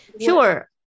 Sure